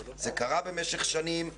זה קרה במשך שנים.